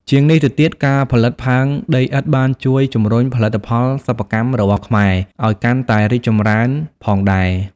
ជាងនេះទៅទៀត ការផលិតផើងដីឥដ្ឋបានជួយ ជំរុញផលិតផលសិប្បកម្មរបស់ខ្មែរ ឲ្យកាន់តែរីកចម្រើនផងដែរ។